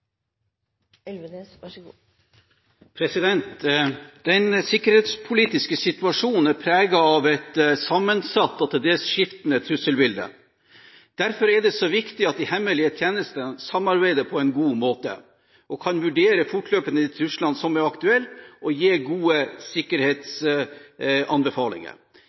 av et sammensatt og til dels skiftende trusselbilde. Derfor er det så viktig at de hemmelige tjenestene samarbeider på en god måte og fortløpende kan vurdere de truslene som er aktuelle, og gi gode sikkerhetsanbefalinger.